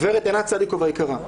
גברת עינת צדיקוב היקרה,